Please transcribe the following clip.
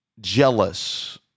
jealous